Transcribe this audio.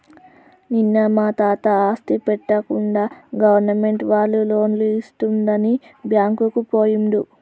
నిన్న మా తాత ఆస్తి పెట్టకుండా గవర్నమెంట్ వాళ్ళు లోన్లు ఇస్తుందని బ్యాంకుకు పోయిండు